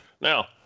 Now